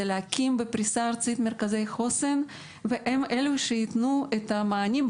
להקים בפריסה ארצית מרכזי חוסן והם אלו שייתנו את המענים,